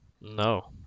No